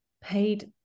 paid